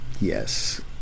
Yes